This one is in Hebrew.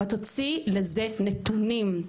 אבל תוציאי לזה נתונים.